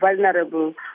vulnerable